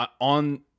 on